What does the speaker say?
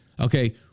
okay